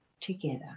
together